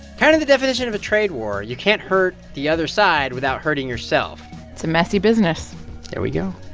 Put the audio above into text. kind of the definition of a trade war you can't hurt the other side without hurting yourself it's a messy business there we go.